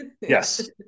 yes